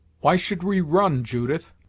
why should we run, judith?